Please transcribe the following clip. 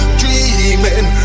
dreaming